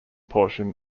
portion